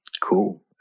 cool